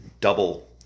double